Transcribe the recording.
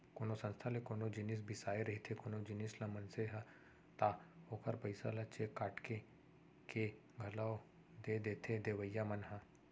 कोनो संस्था ले कोनो जिनिस बिसाए रहिथे कोनो जिनिस ल मनसे ह ता ओखर पइसा ल चेक काटके के घलौ दे देथे देवइया मन ह